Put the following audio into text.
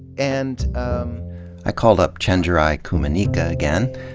and i called up chenjerai kumanyika again.